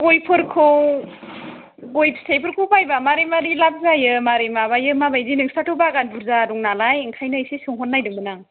गयफोरखौ गय फिथाइफोरखौ बायबा मारै मारै लाब जायो मारै माबायो माबायदि नोंस्राथ' बागान बुरजा दंनालाय ओंखायनो एसे सोंहर नायदोंमोन आं